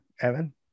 Evan